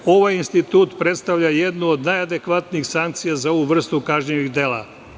Ovaj institut predstavlja jednu od najadekvatnijih sankcija za ovu vrstu kažnjivih dela.